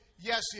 yes